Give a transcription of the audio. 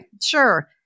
sure